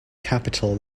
capitol